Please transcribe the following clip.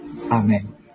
Amen